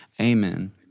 amen